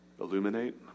illuminate